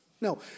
No